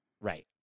Right